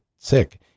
sick